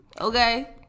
okay